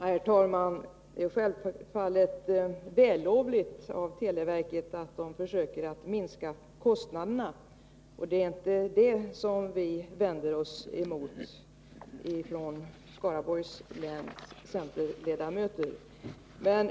Herr talman! Det är självfallet vällovligt att televerket försöker att sänka kostnaderna, och det är inte det som c-ledamöterna från Skaraborgs län vänder sig emot.